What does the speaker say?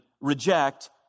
reject